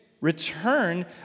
return